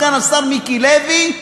סגן השר מיקי לוי,